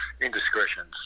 indiscretions